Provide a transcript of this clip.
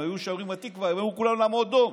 הם היו שרים התקווה, הם היו כולם עומדים דום.